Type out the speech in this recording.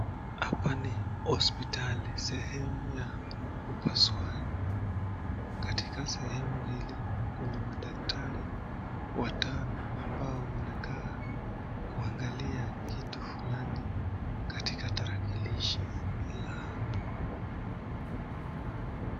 Hapa ni hospitali, sehemu ya upasuaji, katika sehemu hili, kuna madaktari watano ambao wanakaa kuangalia kitu fulani, katika tarakilishi lao.